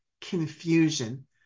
Confusion